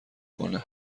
کنه